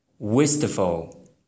Wistful